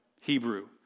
Hebrew